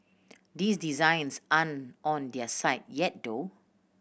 these designs aren't on their site yet though